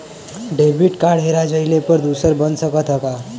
Debit card हेरा जइले पर दूसर बन सकत ह का?